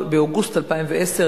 באוגוסט 2010,